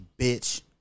bitch